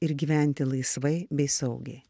ir gyventi laisvai bei saugiai